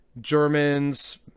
Germans